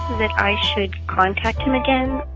that i should contact him again?